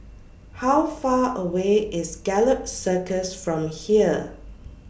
How Far away IS Gallop Circus from here